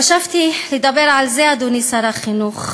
חשבתי לדבר על זה, אדוני שר החינוך.